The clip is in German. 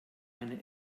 eine